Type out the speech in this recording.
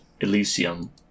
Elysium